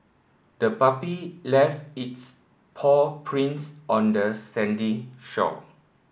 the puppy left its paw prints on the sandy shore